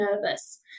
nervous